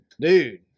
Dude